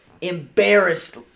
embarrassed